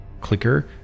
Clicker